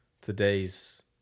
today's